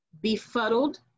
befuddled